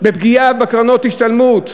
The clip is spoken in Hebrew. בפגיעה בקרנות ההשתלמות.